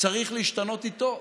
צריך להשתנות איתו.